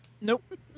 Nope